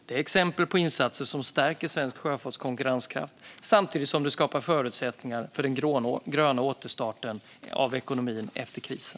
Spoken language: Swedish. Det är exempel på insatser som stärker svensk sjöfarts konkurrenskraft samtidigt som det skapar förutsättningar för den gröna återstarten av ekonomin efter krisen.